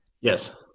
Yes